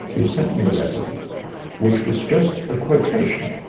he sent me a letter which was just a quotation,